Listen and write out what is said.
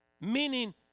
Meaning